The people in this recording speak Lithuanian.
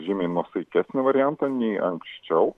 žymiai nuosaikesnį variantą nei anksčiau